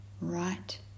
right